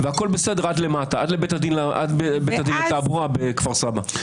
כשכל זה מתגלגל עד לבית הדין לתעבורה בכפר סבא.